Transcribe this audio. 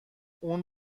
اون